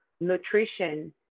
nutrition